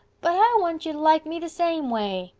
but i want you to like me the same way,